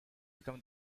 become